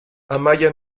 amaia